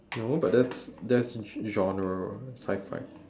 no but that's that's genre sci-fi